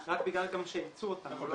רק בגלל שאילצו אותם.